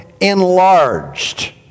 enlarged